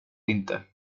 inte